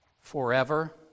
Forever